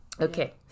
Okay